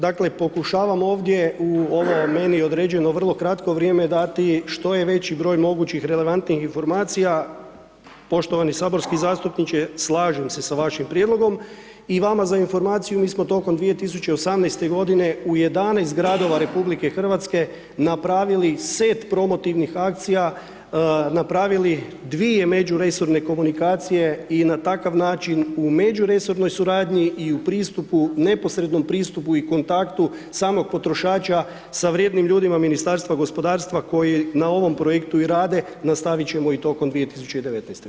Dakle pokušavam ovdje u ovo meni određeno vrlo kratko vrijeme dati što je veći broj mogućih relevantnih informacija, poštovani saborski zastupniče, slažem se s vašim prijedlogom i vama za informaciju, mi smo tokom 2018. g. u 11 gradova RH napravili set promotivnih akcija, na pravili dvije međuresorne komunikacije i na takav način u međuresornoj suradnji i u neposrednom pristupu i kontaktu samog potrošača sa vrijednim ljudima Ministarstva gospodarstva koji na ovom projektu i rade, nastavit ćemo i tokom 2019. g.